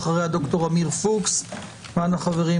תודה רבה.